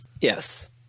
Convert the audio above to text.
Yes